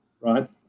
right